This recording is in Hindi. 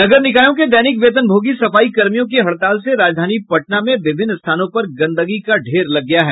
नगर निकायों के दैनिक वेतनभोगी सफाई कर्मियों की हड़ताल से राजधानी पटना में विभिन्न स्थानों पर गंदगी का ढेर लग गया है